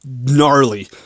gnarly